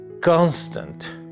constant